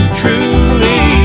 truly